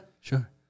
sure